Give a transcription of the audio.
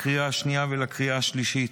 לקריאה השנייה ולקריאה השלישית,